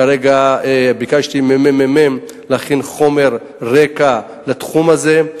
כרגע ביקשתי מהממ"מ להכין חומר רקע לתחום הזה.